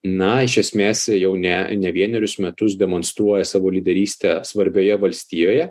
na iš esmės jau ne ne vienerius metus demonstruoja savo lyderystę svarbioje valstijoje